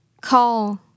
Call